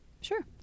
Sure